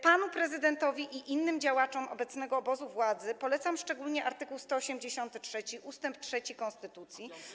Panu prezydentowi i innym działaczom obecnego obozu władzy polecam szczególnie art. 183 ust. 3 konstytucji.